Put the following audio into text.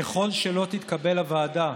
ככל שלא תקבל הוועדה